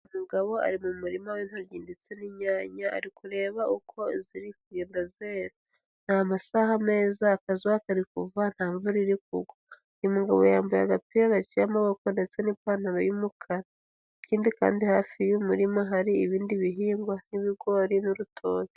Umugabo ari mu murima w'intoryi ndetse n'inyanya ari kureba uko ziri kugenda zera, ni amasaha meza akazuba kari kuva nta mvura iri kugwa, uyu mugabo yambaye agapira gaciye amaboko ndetse n'ipantaro y'umukara, ikindi kandi hafi yuyu murima hari ibindi bihingwa nk'ibigori n'urutoki.